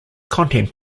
content